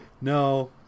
No